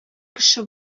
кеше